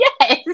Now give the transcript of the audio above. yes